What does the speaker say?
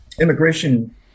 immigration